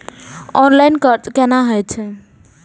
Online कर्ज केना होई छै?